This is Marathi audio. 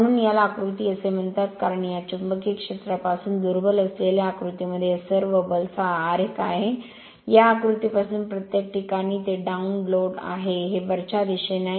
म्हणूनच याला आकृती असे म्हणतात कारण या चुंबकीय क्षेत्रापासून दुर्बल असलेल्या आकृतीमध्ये हे सर्व बल आरेख आहे या आकृतीपासून प्रत्येक ठिकाणी ती ती डाऊन डाऊनलोड आहे हे वरच्या दिशेने आहे